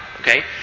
Okay